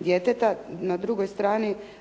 djeteta. Na drugoj strani